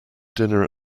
dinner